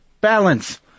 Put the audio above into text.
balance